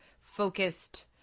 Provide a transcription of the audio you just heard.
focused